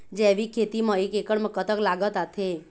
जैविक खेती म एक एकड़ म कतक लागत आथे?